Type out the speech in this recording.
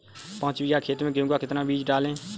पाँच बीघा खेत में गेहूँ का कितना बीज डालें?